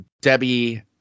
Debbie